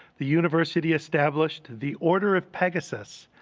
the university established the order of pegasus,